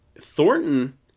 Thornton